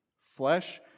Flesh